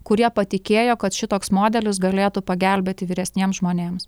kurie patikėjo kad šitoks modelis galėtų pagelbėti vyresniems žmonėms